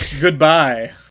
goodbye